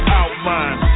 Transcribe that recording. outline